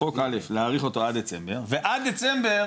להאריך אותו עד דצמבר, ועד דצמבר